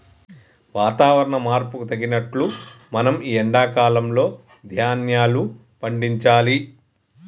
వాతవరణ మార్పుకు తగినట్లు మనం ఈ ఎండా కాలం లో ధ్యాన్యాలు పండించాలి